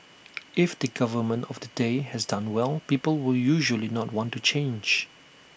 if the government of the day has done well people will usually not want to change